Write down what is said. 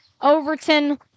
Overton